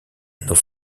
nos